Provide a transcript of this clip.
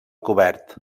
cobert